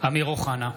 אמיר אוחנה,